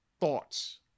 thoughts